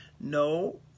No